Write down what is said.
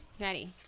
Ready